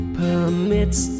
permits